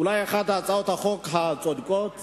אולי אחת מהצעות החוק הצודקות